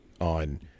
on